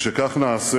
אם כך נעשה,